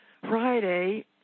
Friday